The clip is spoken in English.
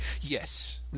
Yes